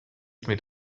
mit